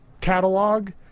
catalog